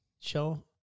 show